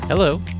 Hello